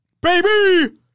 baby